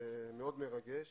זה מאוד מרגש